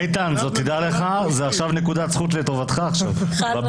זו לא הצעת חוק שעברה על חודו של קול